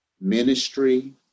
ministry